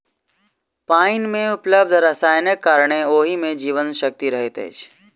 पाइन मे उपलब्ध रसायनक कारणेँ ओहि मे जीवन शक्ति रहैत अछि